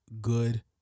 good